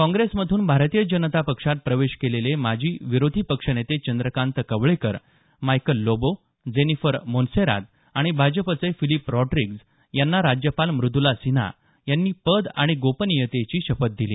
काँग्रेसमधून भारतीय जनता पक्षात प्रवेश केलेले माजी विरोधी पक्ष नेते चंद्रकांत कवळेकर मायकल लोबो जेनिफर मोन्सेरात आणि भाजपचे फिलिप रॉड्रीग्ज यांना राज्यपाल मृदला सिन्हा यांनी पद आणि गोपनीयतेची शपथ दिली